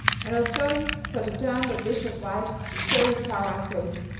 and was going fur to turn the bishop white to show his power and grace,